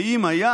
ואם היה